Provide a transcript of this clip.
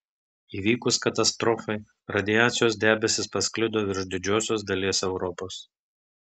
įvykus katastrofai radiacijos debesys pasklido virš didžiosios dalies europos